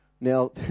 Now